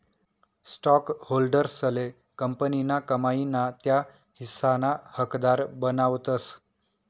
स्टॉकहोल्डर्सले कंपनीना कमाई ना त्या हिस्साना हकदार बनावतस